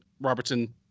Robertson